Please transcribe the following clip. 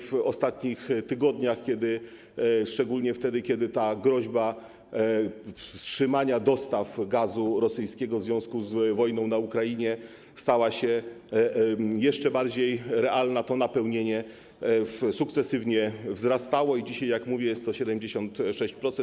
W ostatnich tygodniach, szczególnie wtedy, kiedy ta groźba wstrzymania dostaw gazu rosyjskiego w związku z wojną na Ukrainie stała się jeszcze bardziej realna, to napełnienie sukcesywnie wzrastało i dzisiaj, jak mówię, jest to 76%.